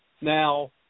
now